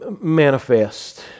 manifest